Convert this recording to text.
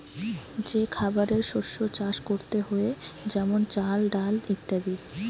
যে খাবারের শস্য চাষ করতে হয়ে যেমন চাল, ডাল ইত্যাদি